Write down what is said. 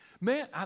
man